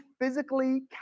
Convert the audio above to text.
physically